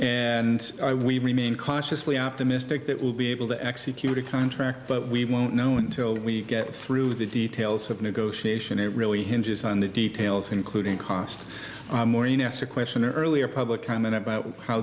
and we remain cautiously optimistic that we'll be able to execute a contract but we won't know until we get through the details of negotiation it really hinges on the details including cost maureen asked a question earlier public comment about how